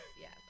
yes